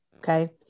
Okay